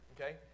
okay